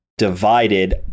divided